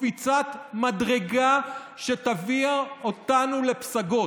קפיצת מדרגה שתביא אותנו לפסגות.